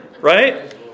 right